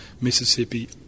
mississippi